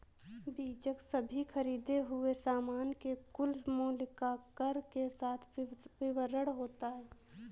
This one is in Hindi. बीजक सभी खरीदें हुए सामान के कुल मूल्य का कर के साथ विवरण होता है